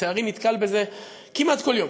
לצערי נתקל בזה כמעט כל יום,